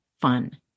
fun